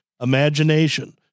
Imagination